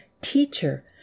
Teacher